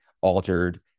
altered